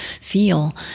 feel